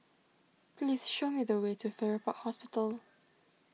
please show me the way to Farrer Park Hospital